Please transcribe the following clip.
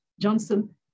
Johnson